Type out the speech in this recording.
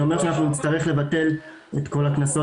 זה אומר שאנחנו נצטרך לבטל את כל הקנסות